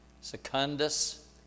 Secundus